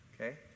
Okay